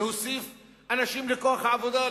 להוסיף אנשים לכוח העבודה,